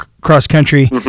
cross-country